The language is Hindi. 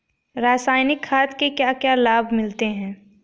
रसायनिक खाद के क्या क्या लाभ मिलते हैं?